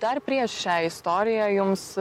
dar prieš šią istoriją jums